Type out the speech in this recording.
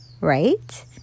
right